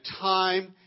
time